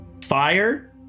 fire